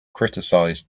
criticized